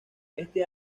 este